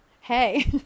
Hey